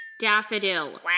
Daffodil